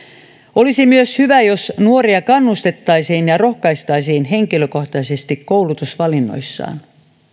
olisi myös hyvä jos nuoria kannustettaisiin ja rohkaistaisiin henkilökohtaisesti koulutusvalinnoissaan